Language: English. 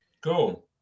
Go